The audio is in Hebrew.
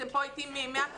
אתם פה איתי מהקיץ,